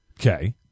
Okay